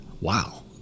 Wow